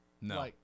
No